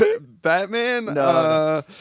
Batman